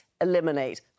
eliminate